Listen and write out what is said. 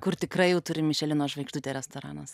kur tikrai jau turi mišelino žvaigždutę restoranuose